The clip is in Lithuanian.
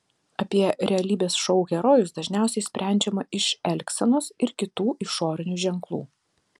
apie realybės šou herojus dažniausiai sprendžiama iš elgsenos ir kitų išorinių ženklų